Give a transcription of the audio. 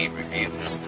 reviews